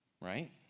right